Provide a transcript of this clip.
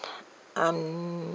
um